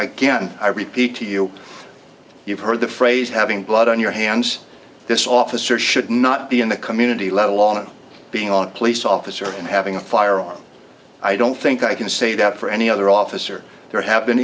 again i repeat to you you've heard the phrase having blood on your hands this officer should not be in the community let alone being on a police officer and having a firearm i don't think i can say that for any other officer there have been